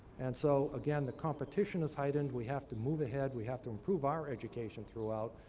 and so again, the competition is heightened. we have to move ahead. we have to improve our education throughout.